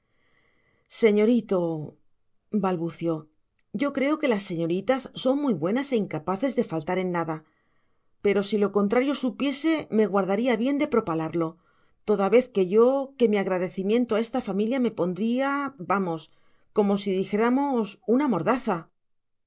señorito balbució yo creo que las señoritas son muy buenas e incapaces de faltar en nada pero si lo contrario supiese me guardaría bien de propalarlo toda vez que yo que mi agradecimiento a esta familia me pondría vamos como si dijéramos una mordaza